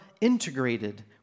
integrated